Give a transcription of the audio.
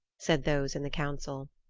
said those in the council.